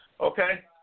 Okay